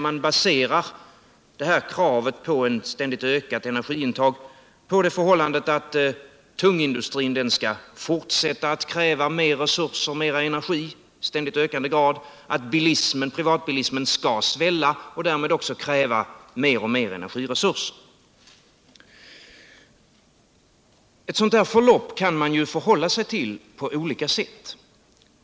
Man baserar alltså kravet på en ständig ökning av energiintaget på det förhållandet att tungindustri skall fortsätta att kräva alltmer resurser och alltmer energi, att privatbilismen skall svälla och därmed också kräva alltmer energircsurser. Till ett sådant förlopp kan man förhålla sig på olika sätt.